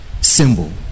symbol